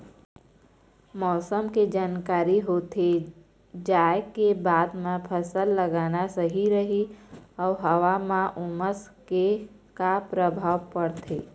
मौसम के जानकारी होथे जाए के बाद मा फसल लगाना सही रही अऊ हवा मा उमस के का परभाव पड़थे?